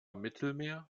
mittelmeer